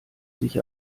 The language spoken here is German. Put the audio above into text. sich